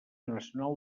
nacional